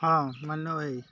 ହଁ ମାନ ଭାଇ